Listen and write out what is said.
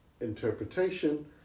interpretation